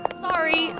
Sorry